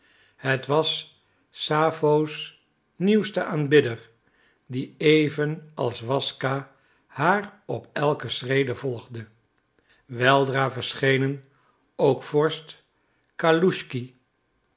het was sappho's nieuwste aanbidder die even als waszka haar op elke schrede volgde weldra verschenen ook vorst